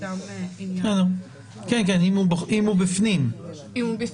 אם הטקס בפנים.